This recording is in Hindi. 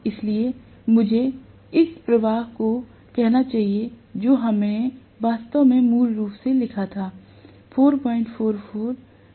इसलिए मुझे इस प्रवाह को कहना चाहिए जो हमने वास्तव में मूल रूप से लिखा था